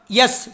yes